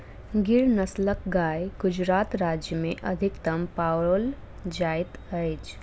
गिर नस्लक गाय गुजरात राज्य में अधिकतम पाओल जाइत अछि